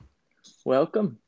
Welcome